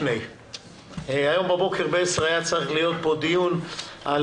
הבוקר היה אמור להיות דיון על